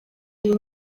iyi